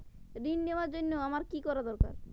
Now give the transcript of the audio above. ঋণ নেওয়ার জন্য আমার কী দরকার?